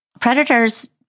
predators